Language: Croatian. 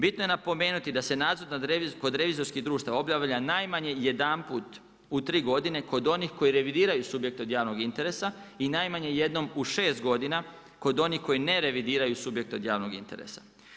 Bitno je napomenuti da se nadzor kod revizorskih društava obavlja najmanje jednput u tri godine kod onih koji revidiraju subjekte od javnog interesa i najmanje jednom u šest godina kod onih koji ne revidiraju subjekte odjavnog interesa.